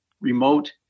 remote